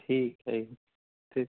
ਠੀਕ ਹੈ ਜੀ ਅਤੇ